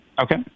Okay